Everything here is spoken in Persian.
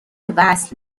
وصل